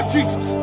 Jesus